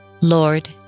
Lord